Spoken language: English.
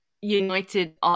United